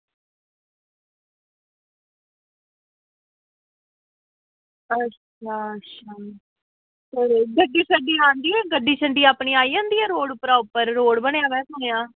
अच्छा अच्छा ते गड्डी शड्डी आंदी ऐ गड्डी शड्डी अपनी आई जंदी ऐ रोड़ उप्परा रोड़ बने दा सुनेआ